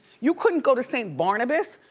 you couldn't go to st. barnabas?